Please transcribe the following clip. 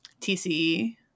TCE